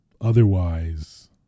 otherwise